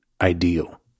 ideal